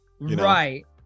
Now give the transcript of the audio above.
Right